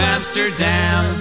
Amsterdam